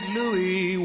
Louis